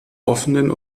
offenen